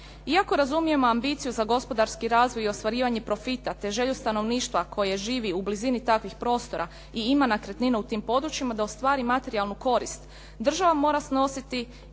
Iako razumijemo ambiciju za gospodarski razvoj i ostvarivanje profita te želju stanovništva koje živi u blizini takvih prostora i ima nekretnine u tim područjima da ostvari materijalnu korist država mora snositi